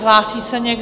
Hlásí se někdo?